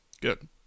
Good